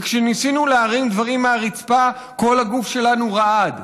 כשניסינו להרים דברים מהרצפה כל הגוף שלנו רעד.